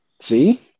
See